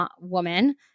woman